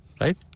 right